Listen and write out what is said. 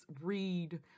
read